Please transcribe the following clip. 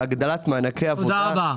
בהגדלת מענקי עבודה.